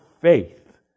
faith